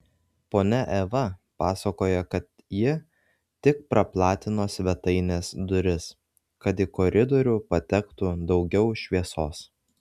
ponia eva pasakoja kad ji tik praplatino svetainės duris kad į koridorių patektų daugiau šviesos